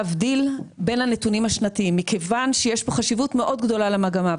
להבדיל בין הנתונים השנתיים מכיוון שיש פה חשיבות מאוד גדולה למגמה.